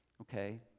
okay